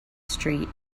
street